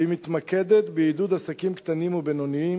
והיא מתמקדת בעידוד עסקים קטנים ובינוניים,